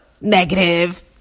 Negative